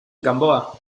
gamboa